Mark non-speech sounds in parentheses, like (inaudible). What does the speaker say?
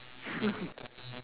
(laughs)